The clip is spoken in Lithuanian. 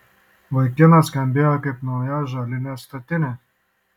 vaikinas skambėjo kaip nauja ąžuolinė statinė